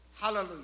Hallelujah